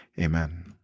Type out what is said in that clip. amen